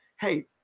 hey